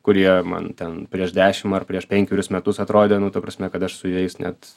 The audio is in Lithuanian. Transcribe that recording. kurie man ten prieš dešim ar prieš penkerius metus atrodė nu ta prasme kad aš su jais net